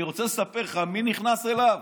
אני רוצה לספר לך מי נכנס אליו: